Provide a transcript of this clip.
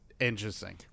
interesting